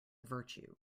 virtue